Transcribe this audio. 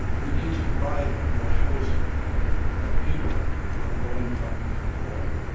we need to provide more housing that people of low income can afford,